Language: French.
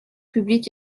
publiques